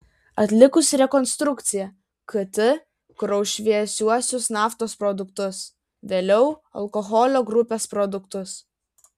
atlikus rekonstrukciją kt kraus šviesiuosius naftos produktus vėliau alkoholio grupės produktus